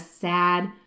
sad